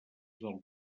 del